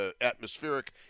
atmospheric